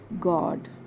God